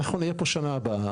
אנחנו נהיה פה בשנה הבאה.